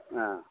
ꯑ